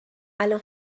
الان